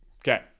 Okay